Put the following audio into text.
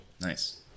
nice